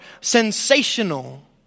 sensational